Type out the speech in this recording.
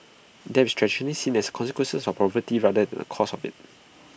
debt is traditionally seen as A consequence of poverty rather than A cause of IT